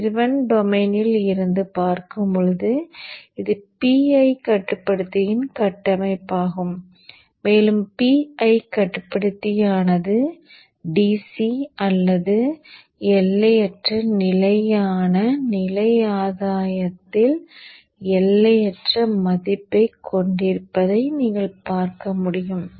அதிர்வெண் டொமைனில் இருந்து பார்க்கும் போது இது PI கட்டுப்படுத்தியின் கட்டமைப்பாகும் மேலும் PI கட்டுப்படுத்தியானது DC அல்லது எல்லையற்ற நிலையான நிலை ஆதாயத்தில் எல்லையற்ற மதிப்பைக் கொண்டிருப்பதை நீங்கள் பார்க்க முடியும்